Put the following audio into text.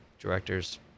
directors